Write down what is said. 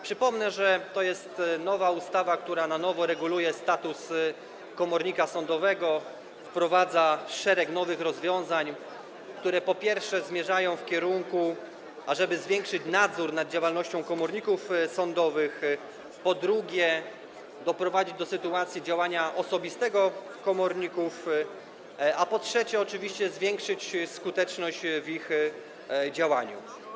Przypomnę, że to jest nowa ustawa, która na nowo reguluje status komornika sądowego, wprowadza szereg nowych rozwiązań, które zmierzają w tym kierunku, ażeby, po pierwsze, zwiększyć nadzór nad działalnością komorników sądowych, po drugie, doprowadzić do sytuacji działania osobistego komorników, a po trzecie, zwiększyć skuteczność w ich działaniu.